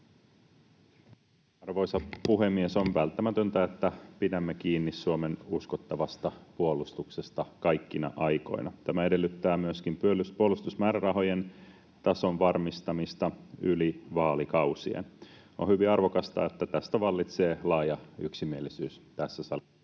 Arvoisa puhemies! On välttämätöntä, että pidämme kiinni Suomen uskottavasta puolustuksesta kaikkina aikoina. Tämä edellyttää myöskin puolustusmäärärahojen tason varmistamista yli vaalikausien. On hyvin arvokasta, että tästä vallitsee laaja yksimielisyys tässä salissa,